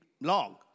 long